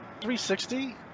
360